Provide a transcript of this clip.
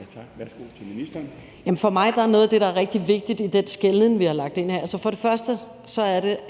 Rosenkrantz-Theil): For mig er noget af det, der er rigtig vigtigt, i den skelnen, vi har lagt ind her, for det første,